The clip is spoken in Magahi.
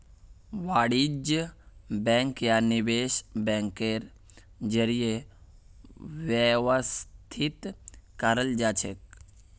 वाणिज्य बैंक या निवेश बैंकेर जरीए व्यवस्थित कराल जाछेक